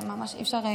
זה ממש אי-אפשר,